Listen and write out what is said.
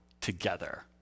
together